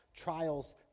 trials